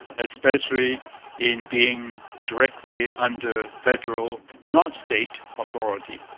especially in being directly under federal, not state, authority.